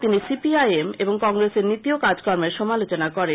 তিনি C P I M এবং কংগ্রেসের নীতি ও কাজকর্মের সমালোচনা করেন